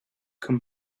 come